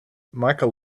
michael